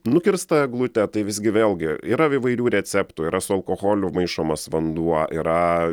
nukirstą eglutę tai visgi vėlgi yra įvairių receptų yra su alkoholiu maišomas vanduo yra